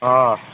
آ